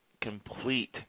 complete